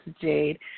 Jade